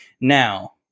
Now